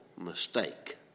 mistake